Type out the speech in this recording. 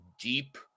deep